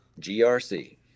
GRC